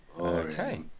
Okay